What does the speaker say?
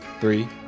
Three